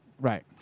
Right